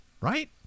right